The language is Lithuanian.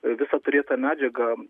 visą turėtą medžiagą